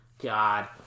God